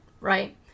right